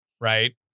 right